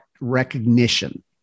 recognition